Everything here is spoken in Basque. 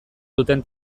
duten